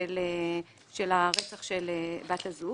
לכדי רציחתה.